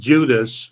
Judas